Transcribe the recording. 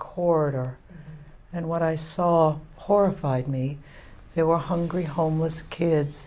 corridor and what i saw horrified me there were hungry homeless kids